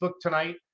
tonight